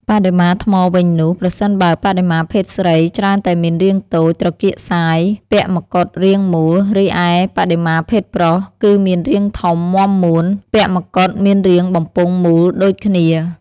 បដិមាថ្មវិញនោះ ប្រសិនបើបដិមាភេទស្រី ច្រើនតែមានរាងតូច ត្រគាកសាយ ពាក់មកុដរាងមូល រីឯបដិមាភេទប្រុស គឺមានរាងធំមាំមួន ពាក់មកុដមានរាងបំពង់មូលដូចគ្នា។